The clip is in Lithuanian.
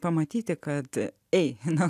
pamatyti kad ei